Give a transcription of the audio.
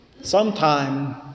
sometime